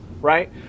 right